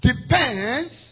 Depends